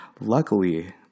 Luckily